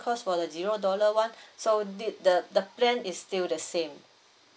cost for the zero dollar [one] so thi~ the the plan is still the same